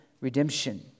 redemption